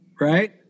right